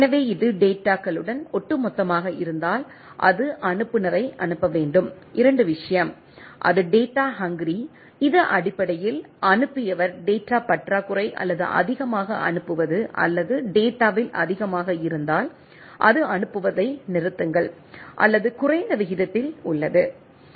எனவே இது டேட்டாகளுடன் ஒட்டுமொத்தமாக இருந்தால் அது அனுப்புநரை அனுப்ப வேண்டும் 2 விஷயம் அது டேட்டா ஹங்கிரி இது அடிப்படையில் அனுப்பியவர் டேட்டா பற்றாக்குறை அல்லது அதிகமாக அனுப்புவது அல்லது டேட்டாவில் அதிகமாக இருந்தால் அது அனுப்புவதை நிறுத்துங்கள் அல்லது குறைந்த விகிதத்தில் குறிப்பு நேரம் 0433 ஐப் பார்க்கவும் உள்ளது